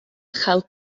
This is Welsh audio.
chael